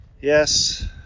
Yes